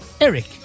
Eric